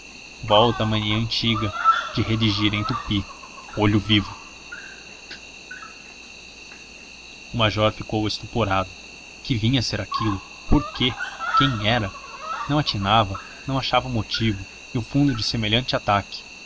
à mania antiga de redigir em tupi olho vivo o major ficou estuporado que vinha a ser aquilo por quê quem era não atinava não achava o motivo e o fundo de semelhante ataque